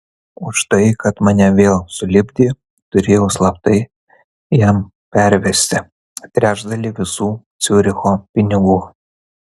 už tai kad mane vėl sulipdė turėjau slaptai jam pervesti trečdalį visų ciuricho pinigų